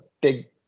big